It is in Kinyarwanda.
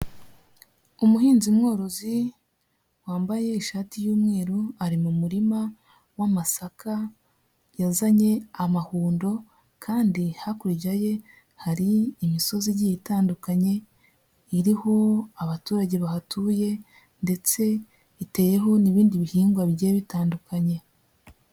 Umuhinzi mworozi, wambaye ishati y'umweru, ari mu murima w'amasaka, yazanye amahundo, kandi hakurya ye, hari imisozi igiye itandukanye, iriho abaturage bahatuye ndetse iteyeho n'ibindi bihingwa bigiye bitandukanye.